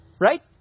Right